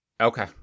Okay